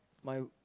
my